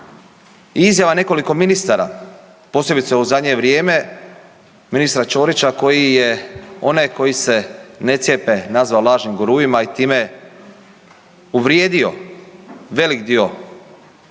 izjava nekoliko ministara, posebice u zadnje vrijeme, ministra Čorića koji je one koji se ne cijepe nazvao lažnim guruima i time uvrijedio velik dio naših